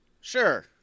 Sure